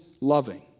loving